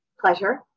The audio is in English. pleasure